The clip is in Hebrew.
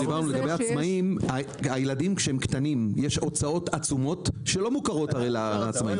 צריך לזכור שכשהילדים קטנים יש הוצאות עצומות שאינן מוכרות לעצמאים.